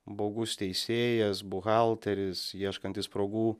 baugus teisėjas buhalteris ieškantis progų